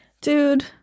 Dude